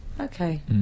Okay